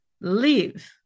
live